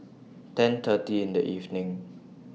ten thirty in The evening